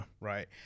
right